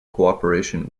cooperation